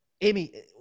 Amy